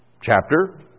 chapter